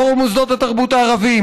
פורום מוסדות התרבות הערביים,